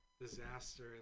Disaster